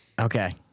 Okay